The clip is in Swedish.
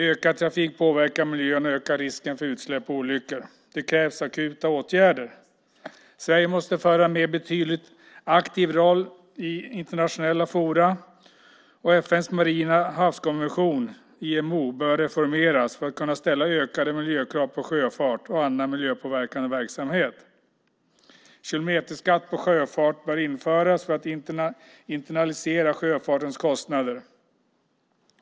Ökad trafik påverkar miljön och ökar risken för utsläpp och olyckor. Det krävs akuta åtgärder. Sverige måste föra en betydligt mer aktiv roll i internationella forum. FN:s marina havskonvention IMO bör reformeras för att kunna ställa ökade miljökrav på sjöfart och annan miljöpåverkande verksamhet. Kilometerskatt på sjöfart bör införas för att internalisera sjöfartens kostnader.